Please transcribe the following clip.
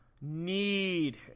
need